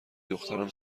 دخترم